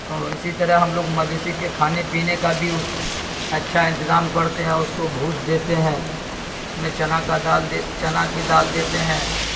او اسی طرح ہم لوگ مویشی کے کھانے پینے کا بھی اس اچھا انتظام کرتے ہیں اور اس کو بھوس دیتے ہیں اس میں چنا کا دال دی چنا کی دال دیتے ہیں